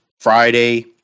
Friday